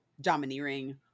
domineering